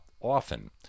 often